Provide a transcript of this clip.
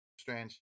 strange